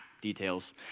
details